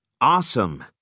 Awesome